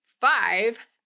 five